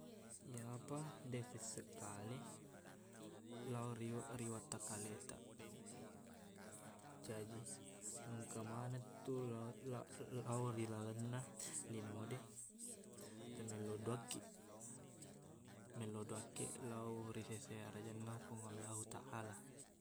Iyapa deq sesseq kale lao riwe- ri watakkaletaq jaji engka manettu lao- la- la- lao ri lalenna lino de temmello doangkiq mello doangkiq lao ri sesse arrajanna fung allahu ta allah